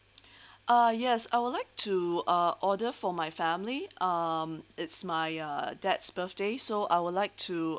uh yes I would like to uh order for my family um it's my uh dad's birthday so I would like to